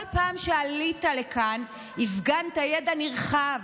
כל פעם שעלית לכאן הפגנת ידע נרחב,